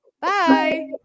Bye